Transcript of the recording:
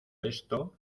esto